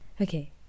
Okay